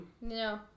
No